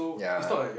ya